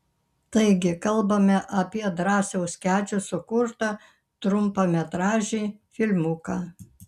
taigi kalbame apie drąsiaus kedžio sukurtą trumpametražį filmuką